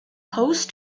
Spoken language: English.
host